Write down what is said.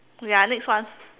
okay ah next one